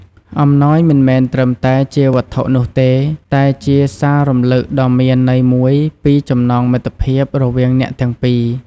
អំណោយមិនមែនត្រឹមតែជាវត្ថុនោះទេ តែជាសាររំលឹកដ៏មានន័យមួយពីចំណងមិត្តភាពរវាងអ្នកទាំងពីរ។